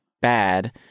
bad